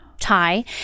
Tie